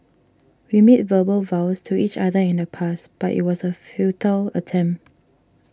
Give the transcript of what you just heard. we made verbal vows to each other in the past but it was a futile attempt